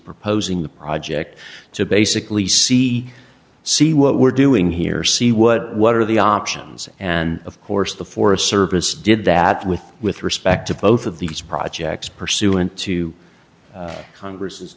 proposing the project to basically see see what we're doing here see what what are the options and of course the forest service did that with with respect to both of these projects pursuant to congress